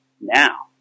now